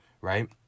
right